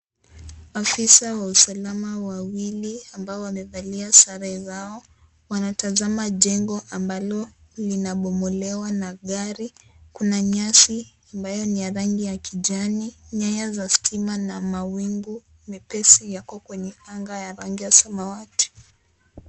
Afisa wa usalama wawili ambao wamevalia sare zao wanatazama jengo ambalo linabomolewa na gari. Kuna nyasi ambayo ni ya rangi ya kijani, nyaya za stima na mawingu mepesi yako kwenye anga ya rangi ya samawati.